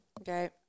Okay